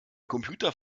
computer